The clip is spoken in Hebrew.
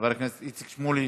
חבר הכנסת איציק שמולי,